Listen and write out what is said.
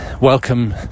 Welcome